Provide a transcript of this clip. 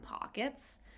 pockets